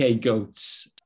GOATs